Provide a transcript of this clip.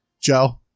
Joe